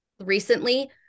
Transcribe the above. recently